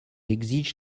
exige